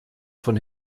von